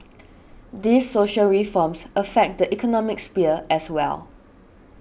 these social reforms affect the economic sphere as well